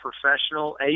professional